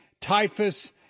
typhus